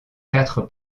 quatre